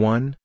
One